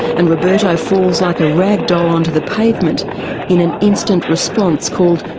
and roberto falls like a rag doll onto the pavement in an instant response called,